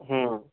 হুম